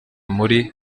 muri